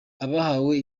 abahawe